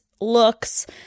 looks